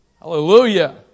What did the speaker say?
Hallelujah